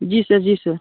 जी sir जी sir